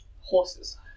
horses